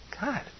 God